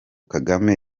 kagame